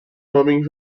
homens